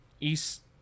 East